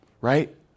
right